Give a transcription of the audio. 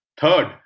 Third